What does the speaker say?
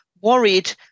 worried